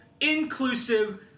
inclusive